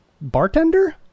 bartender